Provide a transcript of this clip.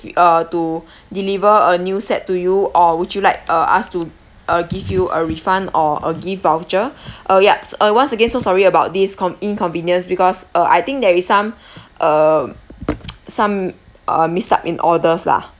uh to deliver a new set to you or would you like uh us to uh give you a refund or a gift voucher oh yup uh once again so sorry about this con~ inconvenience because uh I think there is some uh some uh mixed up in orders lah